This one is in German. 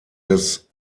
des